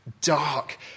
dark